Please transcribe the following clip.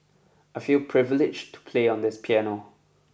I feel privileged to play on this piano